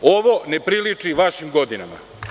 Ovo ne priliči vašim godinama.